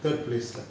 third place lah